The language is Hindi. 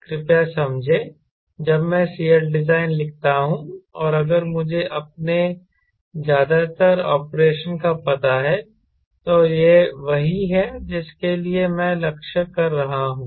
कृपया समझें जब मैं CLdesign लिखता हूं और अगर मुझे अपने ज्यादातर ऑपरेशन का पता है तो यह वही है जिसके लिए मैं लक्ष्य कर रहा हूं